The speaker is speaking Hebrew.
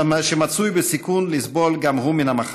שמצוי בסיכון לסבול גם הוא מן המחלה.